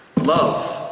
Love